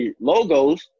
logos